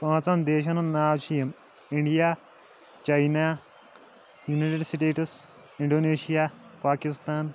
پانٛژَن دیشَن ہُند ناو چھ یِم India China United States Indonesia Pakistan